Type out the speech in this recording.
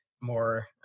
more